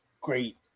great